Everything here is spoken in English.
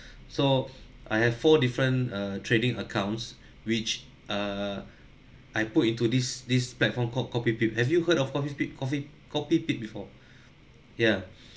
so I have four different uh trading accounts which err I put into this this platform called copypip have you heard of copypip coffee copypip before ya